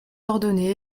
ordonné